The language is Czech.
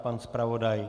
Pan zpravodaj?